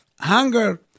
hunger